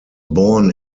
born